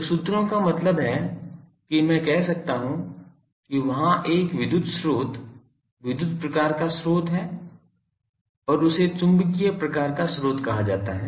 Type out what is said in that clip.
तो सूत्रों का मतलब है कि मैं कह सकता हूं कि वहाँ एक विद्युत स्रोत विद्युत प्रकार का स्रोत है और इसे चुंबकीय प्रकार का स्रोत कहा जाता है